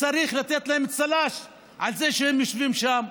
צריך לתת להם צל"ש על זה שהם יושבים שם,